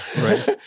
right